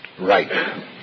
right